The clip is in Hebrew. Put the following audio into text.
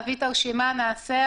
נביא את הרשימה ונעשה",